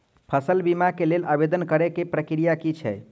फसल बीमा केँ लेल आवेदन करै केँ प्रक्रिया की छै?